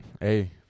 Hey